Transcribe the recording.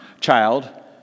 child